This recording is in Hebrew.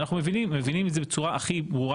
ואנחנו מבינים את זה בצורה הכי ברורה